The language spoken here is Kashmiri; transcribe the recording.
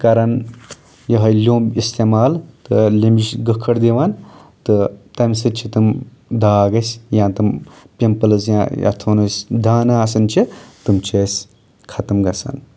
کَران یِہَے لیوٚمب اِستعمال تہٕ لیٚمبش گٕکھٕڑ دِوان تہٕ تَمہِ سۭتۍ چھِ تِم داغ اَسہِ یا تِم پِمپٕلز یا یتھ وَنو أسۍ دانہٕ آسان چھِ تِم چھِ أسۍ ختٕم گژھان